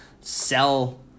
sell